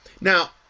Now